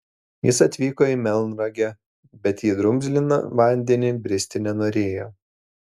jis atvyko į melnragę bet į drumzliną vandenį bristi nenorėjo